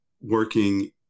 working